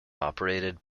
operated